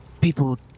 people